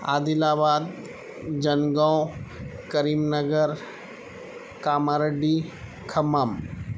عادل آباد جل گاؤں کریم نگر کاما ریڈی کھمم